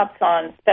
on